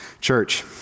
Church